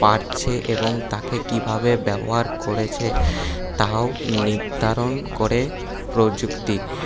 পারছে এবং তাকে কীভাবে ব্যবহার করেছে তাও নির্ধারণ করে প্রযুক্তি